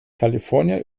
california